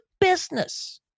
business